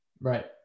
Right